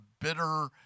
bitter